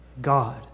god